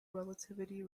relativity